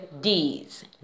Ds